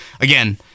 Again